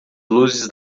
luzes